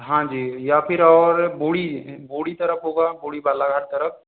हाँ जी या फिर और बुड़ी बुड़ी तरफ होगा बुड़ी बालाघाट तरफ